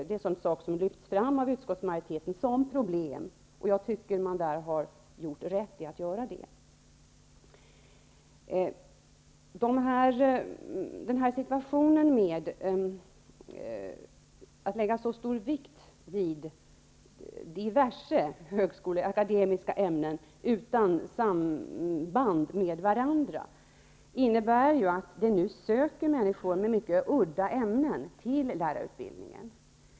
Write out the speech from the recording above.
Det är en sådan sak som lyfts fram av utskottsmajoriteten som ett problem, och jag tycker att man har gjort rätt i att lyfta fram detta. Att man lägger så stor vikt vid diverse akademiska ämnen utan samband med varandra innebär ju att det nu söker människor med mycket udda ämnen till lärarutbildningen.